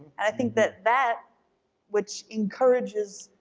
and i think that that which encourages,